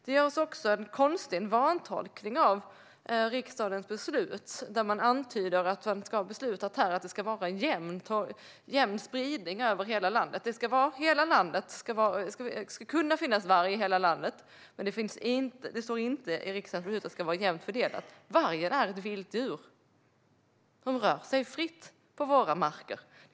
Det görs också en misstolkning då man antyder att riksdagen har beslutat att det ska vara en jämn spridning över hela landet. Det ska kunna finnas varg i hela landet, men det står inte i riksdagens beslut att det vara jämnt fördelat. Vargen är ett vilt djur som rör sig fritt på våra marker.